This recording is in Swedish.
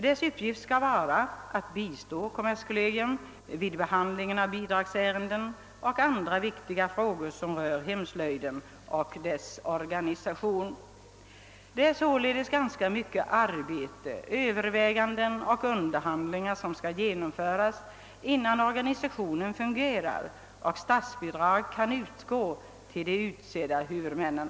Dess uppgift skall vara att bistå kommerskollegium vid behandlingen av bidragsärenden och andra viktiga frågor som rör hemslöjden och dess organisation. Det är sålunda mycket arbete som skall göras och många överväganden och underhandlingar som skall till innan organisationen fungerar och statsbidrag kan utgå till de utsedda huvudmännen.